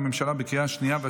נתקבל.